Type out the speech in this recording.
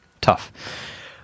tough